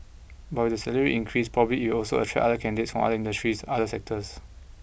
but with the salary increase probably it also attract other candidates from other industries other sectors